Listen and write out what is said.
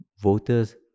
voters